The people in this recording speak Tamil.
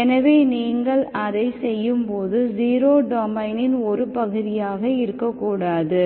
எனவே நீங்கள் அதைச் செய்யும்போது 0 டொமைனின் ஒரு பகுதியாக இருக்கக்கூடாது